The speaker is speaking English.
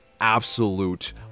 absolute